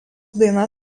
daina